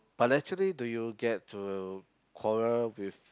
but naturally do you get to quarrel with